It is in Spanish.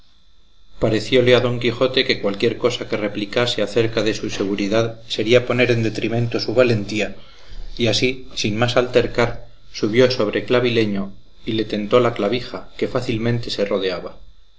sucediere parecióle a don quijote que cualquiera cosa que replicase acerca de su seguridad sería poner en detrimento su valentía y así sin más altercar subió sobre clavileño y le tentó la clavija que fácilmente se